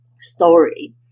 story